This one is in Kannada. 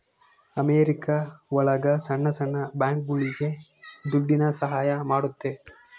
ಅಮೆರಿಕ ಒಳಗ ಸಣ್ಣ ಸಣ್ಣ ಬ್ಯಾಂಕ್ಗಳುಗೆ ದುಡ್ಡಿನ ಸಹಾಯ ಮಾಡುತ್ತೆ